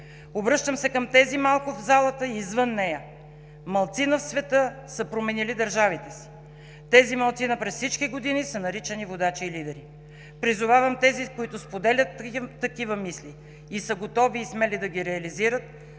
Обръщам се към тези малко в тази зала и извън нея. Малцина в света са променили държавите си. Тези малцина през всички години са наричани водачи и лидери. Призовавам тези, които споделят такива мисли и са готови и смели да ги реализират,